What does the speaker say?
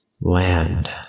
land